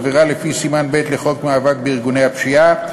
עבירה לפי סימן ב' לחוק מאבק בארגוני פשיעה,